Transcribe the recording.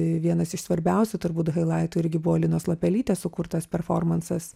vienas iš svarbiausių turbūt hailaitų tai irgi buvo linos lapelytės sukurtas performansas